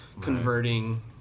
converting